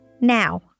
Now